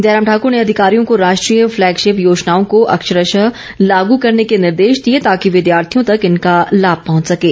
जयराम ठाकर ने अधिकारियों को राष्ट्रीय फ्लैगशिप योजनाओं को अक्षरश लागू करने के निर्देश दिए ताकि विद्यार्थियों तक इनका लाभ पहुंच सकें